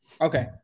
Okay